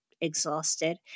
exhausted